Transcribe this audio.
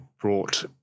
brought